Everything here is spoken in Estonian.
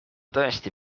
tõesti